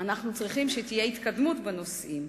אנחנו צריכים שתהיה התקדמות בנושאים.